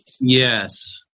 Yes